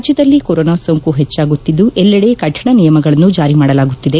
ರಾಜ್ಯದಲ್ಲಿ ಕೊರೋನಾ ಸೋಂಕು ಪೆಚ್ಚಾಗುತ್ತಿದ್ದು ಎಲ್ಲೆಡೆ ಕಾಣ ನಿಯಮಗಳನ್ನು ಜಾರಿ ಮಾಡಲಾಗುತ್ತಿದೆ